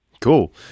Cool